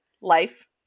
life